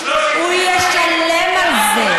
הוא ישלם על זה.